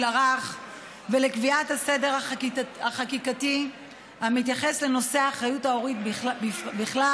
הרך ולקביעת הסדר החקיקתי המתייחס לנושא אחריות ההורות בכלל,